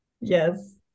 yes